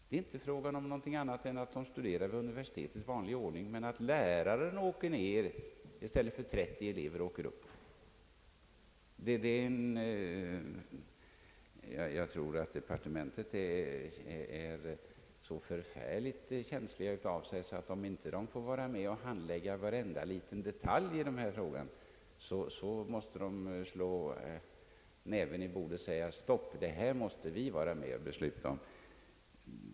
Här skall eleverna studera vid universitetet i vanlig ordning, men läraren åker ut till dessa platser i stället för att 30 elever åker in till Stockholm. Jag tror att man i departementet inte borde vara så förfärligt känslig av sig att man, om man inte får vara med och handlägga varenda liten detalj i denna fråga, måste slå näven i bordet och säga: Stopp, det här måste vi vara med och besluta om!